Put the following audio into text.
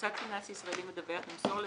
מוסד פיננסי ישראלי מדווח ימסור למנהל,